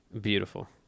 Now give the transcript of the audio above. beautiful